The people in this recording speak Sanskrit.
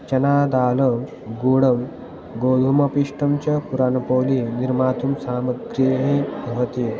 चनादाल गूडं गोधूमपिष्टं च पुरानपोली निर्मातुं सामग्रेः भवति